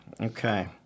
Okay